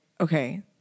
okay